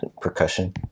percussion